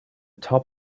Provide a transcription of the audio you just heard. top